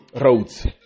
roads